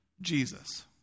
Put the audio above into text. Jesus